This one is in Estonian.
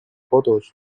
kodus